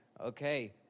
Okay